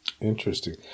Interesting